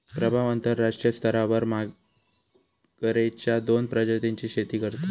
प्रभाव अंतरराष्ट्रीय स्तरावर मगरेच्या दोन प्रजातींची शेती करतत